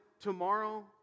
tomorrow